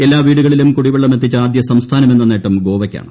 എല്ലാ വീടുകളുിലും കുടിവെള്ളമെത്തിച്ച ആദ്യ സംസ്ഥാനം എന്ന നേട്ടം പ്രിയോവ്യ്ക്കാണ്